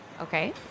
Okay